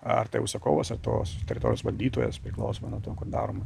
ar tai užsakovas ar tos teritorijos valdytojas priklausomai nuo to darom